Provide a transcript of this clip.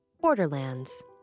Borderlands